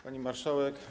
Pani Marszałek!